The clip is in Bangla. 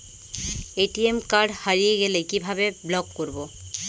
এ.টি.এম কার্ড হারিয়ে গেলে কিভাবে ব্লক করবো?